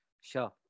Sure